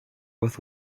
with